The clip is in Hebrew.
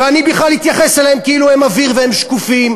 ואני בכלל אתייחס אליהם כאילו הם אוויר והם שקופים,